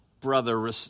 brother